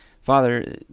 Father